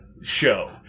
show